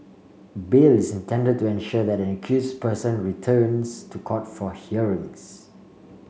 bail is intended to ensure that an accused person returns to court for hearings